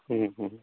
ᱦᱩᱸ ᱦᱩᱸ